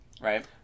Right